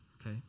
okay